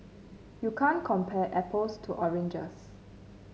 you can't compare apples to oranges